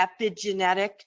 epigenetic